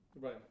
Right